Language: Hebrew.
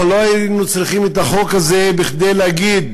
אנחנו לא היינו צריכים את החוק הזה כדי להגיד